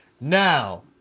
Now